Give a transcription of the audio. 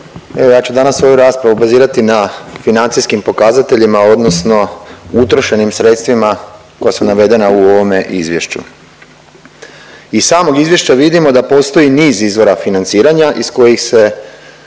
Evo ja ću danas svoju raspravu bazirati na financijskim pokazateljima odnosno utrošenim sredstvima koja su navedena u ovome izvješću. Iz samog izvješća vidimo da postoji niz izvora financiranja iz kojih se